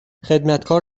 خدمتکار